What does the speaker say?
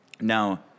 Now